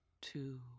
two